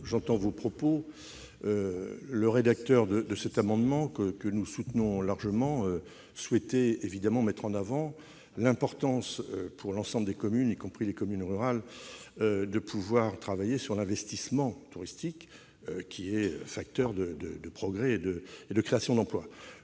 le ministre, le rédacteur de cet amendement, que nous soutenons largement, souhaitait mettre en avant l'importance, pour l'ensemble des communes, y compris rurales, de travailler sur l'investissement touristique, qui est un facteur de progrès et de création d'emplois.